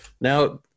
Now